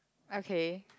okay